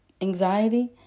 anxiety